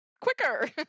quicker